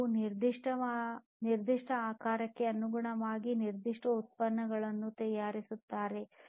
ಅವರು ನಿರ್ದಿಷ್ಟ ಆಕಾರಕ್ಕೆ ಅನುಗುಣವಾಗಿ ನಿರ್ದಿಷ್ಟ ಉತ್ಪನ್ನವನ್ನು ತಯಾರಿಸುತ್ತಾರೆ